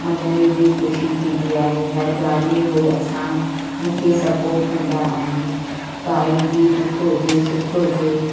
मन में बि ख़ुशी थींदी आहे हर ॻाल्हि में उहो असां खे सपोट कंदा आहिनि काई बि ॾुख हुजे सुख हुजे